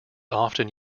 often